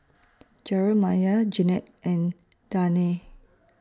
Jeramiah Jennette and Danae